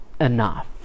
enough